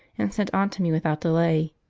and sent on to me without delay.